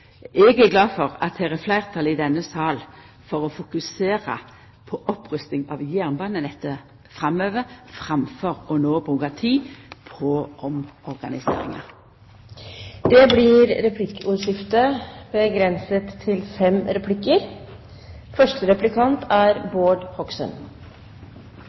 er glad for at det er fleirtal i denne salen for å fokusera på opprusting av jernbanenettet framover framfor no å bruka tid på omorganiseringa. Det blir replikkordskifte. Jeg registrerer at statsråden mener at «prosjektfinansiering» er